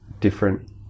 different